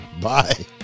Bye